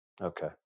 okay